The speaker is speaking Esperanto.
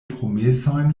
promesojn